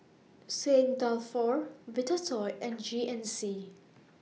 Saint Dalfour Vitasoy and G N C